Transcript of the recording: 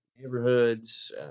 neighborhoods